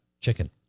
chicken